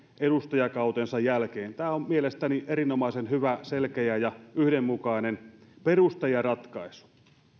edustajakautensa jälkeen tämä on mielestäni erinomaisen hyvä selkeä ja yhdenmukainen perusta ja ratkaisu